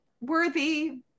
worthy